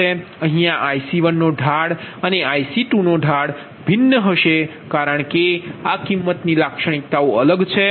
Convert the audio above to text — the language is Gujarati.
અહીયા IC1નો ઢાળ અને IC2નો ઢાળ ભિન્ન હશે કારણ કે આ કિંમતની લાક્ષણિકતા અલગ છે